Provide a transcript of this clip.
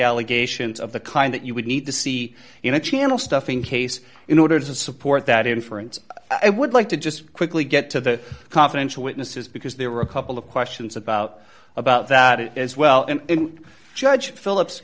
allegations of the kind that you would need to see in a channel stuffing case in order to support that inference i would like to just quickly get to the confidential witnesses because there were a couple of questions about about that as well and judge phillips